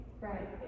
Right